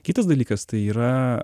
kitas dalykas tai yra